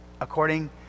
according